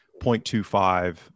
0.25